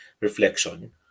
reflection